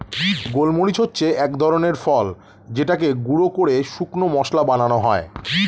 গোলমরিচ হচ্ছে এক ধরনের ফল যেটাকে গুঁড়ো করে শুকনো মসলা বানানো হয়